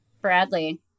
Bradley